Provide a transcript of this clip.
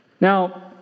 Now